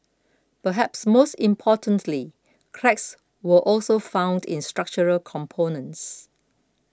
perhaps most importantly cracks were also found in structural components